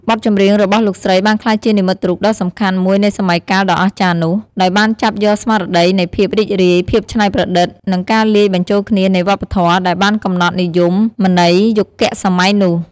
បទចម្រៀងរបស់លោកស្រីបានក្លាយជានិមិត្តរូបដ៏សំខាន់មួយនៃសម័យកាលដ៏អស្ចារ្យនោះ ដោយបានចាប់យកស្មារតីនៃភាពរីករាយ ភាពច្នៃប្រឌិត និងការលាយបញ្ចូលគ្នានៃវប្បធម៌ ដែលបានកំណត់និយមន័យយុគសម័យនោះ។